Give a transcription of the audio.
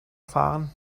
fahren